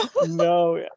no